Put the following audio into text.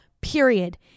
period